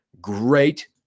Great